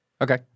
Okay